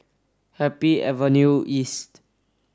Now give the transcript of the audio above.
Happy Avenue East